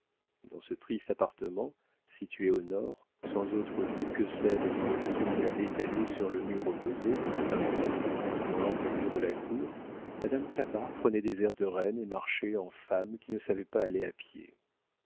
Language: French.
dans ce triste appartement situé au nord sans autre vue que celle d'une vigne étalée sur le mur opposé d'un puits dans l'encoignure de la cour madame clapart prenait des airs de reine et marchait en femme qui ne savait pas aller à pied